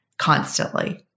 Constantly